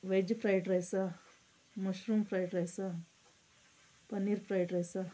veg fried rice mushroom fried rice paneer fried rice